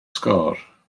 sgôr